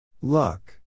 Luck